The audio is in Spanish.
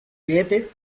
goethe